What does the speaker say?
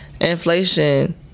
inflation